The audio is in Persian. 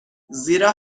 زیرا